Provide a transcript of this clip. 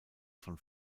von